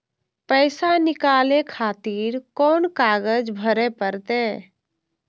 पैसा नीकाले खातिर कोन कागज भरे परतें?